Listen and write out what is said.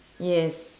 yes